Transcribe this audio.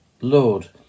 Lord